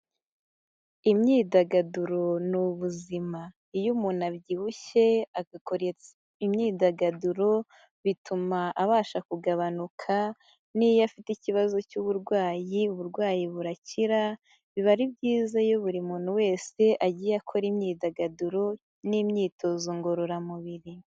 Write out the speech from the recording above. Imyidagaduro ni ubuzima, iyo umuntu abyibushye agakora imyidagaduro bituma abasha kugabanuka n'iyo afite ikibazo cy'uburwayi, uburwayi burakira; biba ari byiza iyo buri muntu wese agiye akora imyidagaduro n'imyitozo ngororamubiri.